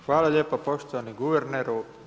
Hvala lijepo poštovani Guverneru.